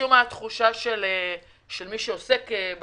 שמשום מה יש תחושה שמי שעוסק בתל"ן,